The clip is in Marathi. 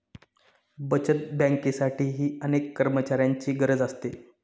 बचत बँकेसाठीही अनेक कर्मचाऱ्यांची गरज असते